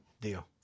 Deal